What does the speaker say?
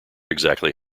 exactly